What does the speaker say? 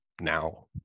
now